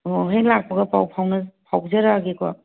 ꯑꯣ ꯍꯦꯛ ꯂꯥꯛꯄꯒ ꯄꯥꯎ ꯐꯥꯎꯖꯔꯛꯑꯒꯦꯀꯣ